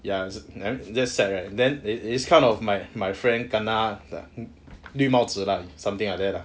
ya then just sad right then it is kind of my my friend kena the 绿帽子 lah something like that lah